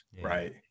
right